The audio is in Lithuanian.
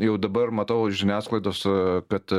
jau dabar matau žiniasklaidos kad